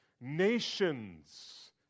Nations